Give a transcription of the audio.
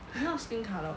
not skin colour [what]